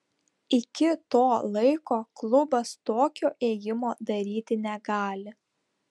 iki to laiko klubas tokio ėjimo daryti negali